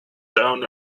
down